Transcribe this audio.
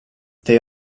they